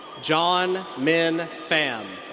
john minh pham.